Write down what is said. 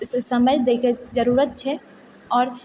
समय दएके जरुरत छै आओर